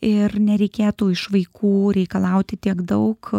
ir nereikėtų iš vaikų reikalauti tiek daug